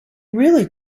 really